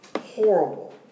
Horrible